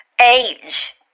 age